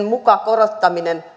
muka korottaminen